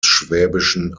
schwäbischen